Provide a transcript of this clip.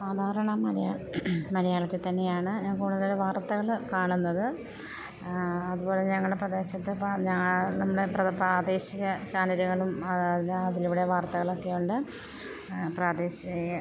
സാധാരണ മലയാ മലയാളത്തിൽ തന്നെയാണ് ഞാൻ കൂടുതൽ വാർത്തകൾ കാണുന്നത് അതു പോലെ ഞങ്ങളുടെ പ്രദേശത്ത് നമ്മുടെ പ്രദ പ്രാദേശിക ചാനലുകളും അതറിഞ്ഞ് അതിലൂടെ വാർത്തകളൊക്കെയുണ്ട് പ്രാദേശീയ